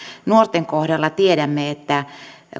nuorten kohdalla tiedämme että